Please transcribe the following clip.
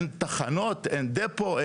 אין תחנות אין דפו,